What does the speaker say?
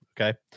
Okay